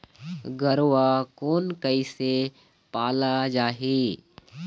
गरवा कोन कइसे पाला जाही?